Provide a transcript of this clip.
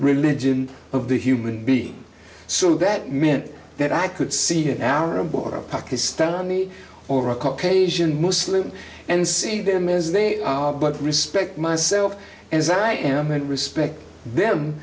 religion of the human being so that meant that i could see an arab or a pakistani or a caucasian muslim and see them as they are but respect myself as i am and respect them